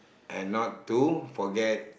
and not to forget